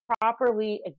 properly